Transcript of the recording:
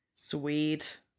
sweet